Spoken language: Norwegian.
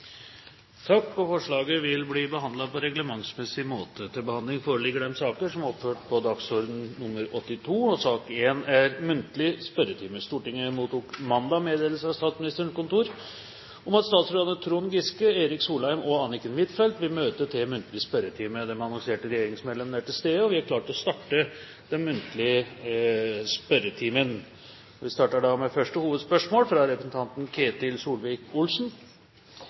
Forslaget vil bli behandlet på reglementsmessig måte. Stortinget mottok mandag meddelelse fra Statsministerens kontor om at statsrådene Trond Giske, Erik Solheim og Anniken Huitfeldt vil møte til muntlig spørretime. De annonserte regjeringsmedlemmene er til stede, og vi er klare til å starte den muntlige spørretimen. Vi starter da med første hovedspørsmål, fra representanten Ketil